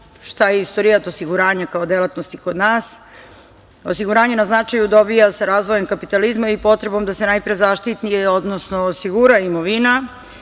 šta je istorijat osiguranja kao delatnosti kod nas. Osiguranje na značaju dobija sa razvojem kapitalizma i potrebom da se najpre zaštiti, odnosno osigura imovina.